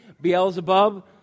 Beelzebub